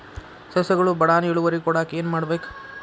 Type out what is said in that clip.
ಸಸ್ಯಗಳು ಬಡಾನ್ ಇಳುವರಿ ಕೊಡಾಕ್ ಏನು ಮಾಡ್ಬೇಕ್?